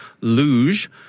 Luge